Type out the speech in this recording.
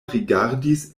rigardis